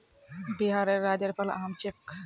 बिहारेर राज्य फल आम छिके